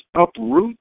uproot